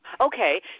okay